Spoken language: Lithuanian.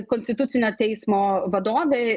konstitucinio teismo vadovė